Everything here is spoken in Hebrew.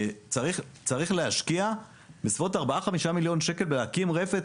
צריך להשקיע בסביבות 4-5 מיליון שקל בלהקים רפת